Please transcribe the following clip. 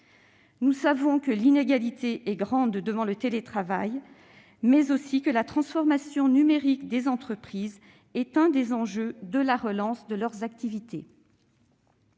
Nous savons que l'inégalité est grande devant le télétravail, mais aussi que la transformation numérique des entreprises est l'un des enjeux de la relance de leurs activités.